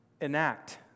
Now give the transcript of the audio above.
enact